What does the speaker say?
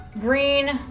Green